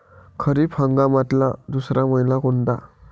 खरीप हंगामातला दुसरा मइना कोनता?